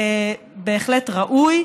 בהחלט ראוי.